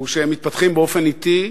הוא שהם מתפתחים באופן אטי,